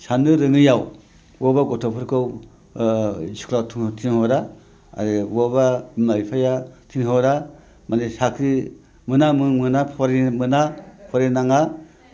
साननो रोङैआव अबेबा गथ'फोरखौ स्कुलाव थिनहरा आरो बबेबा बबेबा बिमा बिफाया थिनहरा माने साख्रि मोना फरायनो मोना फराय नाङा आरो